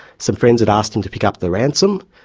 some friends had asked him to pick up the ransom,